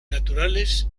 naturales